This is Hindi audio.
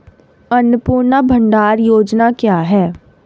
अन्नपूर्णा भंडार योजना क्या है?